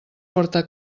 porta